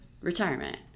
retirement